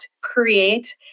create